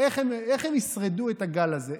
איך הם ישרדו את הגל הזה?